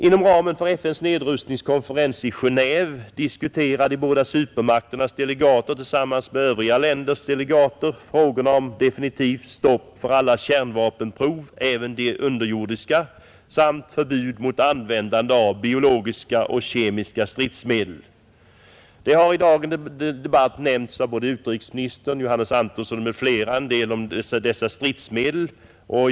Inom ramen för FN:s nedrustningskonferens i Gentve diskuterar de båda supermakternas delegater tillsammans med övriga länders representanter frågorna om definitivt stopp för alla kärnvapenprov, även de underjordiska, och förbud mot användande av biologiska och kemiska stridsmedel. Det har i dagens debatt sagts en del, av bl, a, utrikesministern och Johannes Antonsson, om dessa stridsmedel.